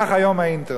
כך היום האינטרנט.